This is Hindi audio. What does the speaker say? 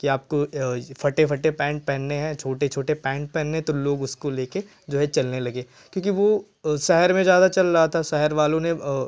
कि आपको फटे फटे पैंट पहनने हैं छोटे छोटे पैंट पहनने हैं तो लोग उसको लेकर जो चलने लगे क्योंकि वह शहर में ज़्यादा चल रहा था शहर वालों ने